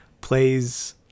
plays